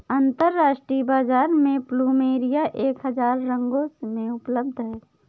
अंतरराष्ट्रीय बाजार में प्लुमेरिया एक हजार रंगों में उपलब्ध हैं